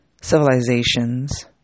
Civilizations